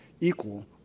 equal